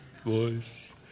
voice